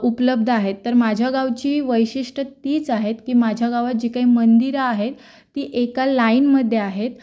उपलब्ध आहेत तर माझ्या गावची वैशिष्ट्य तीच आहेत की माझ्या गावात जी काही मंदिरं आहेत ती एका लाईनमध्ये आहेत